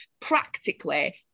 practically